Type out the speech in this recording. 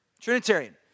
Trinitarian